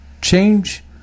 change